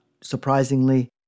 surprisingly